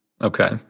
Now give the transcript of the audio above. okay